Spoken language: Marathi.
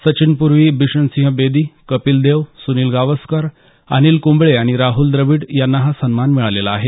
सचिनपूर्वी बिशन सिंह बेदी कपिल देव सुनील गावस्कर अनिल कुंबळे आणि राहुल द्रविड यांना हा सन्मान मिळालेला आहे